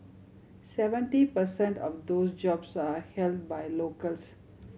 seventy per cent of those jobs are held by locals